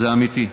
זה אמיתי.